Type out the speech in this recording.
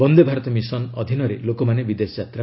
Vande Bharat mission ଅଧୀନରେ ଲୋକମାନେ ବିଦେଶ ଯାତ୍